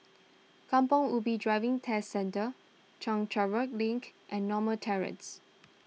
Kampong Ubi Driving Test Centre Chencharu Link and Norma Terrace